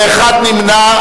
אחד נמנע.